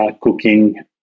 cooking